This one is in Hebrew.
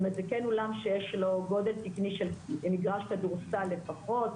זאת אומרת זה כן אולם שיש לו גודל תקני של מגרש כדורסל לפחות,